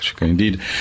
Indeed